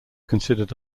considered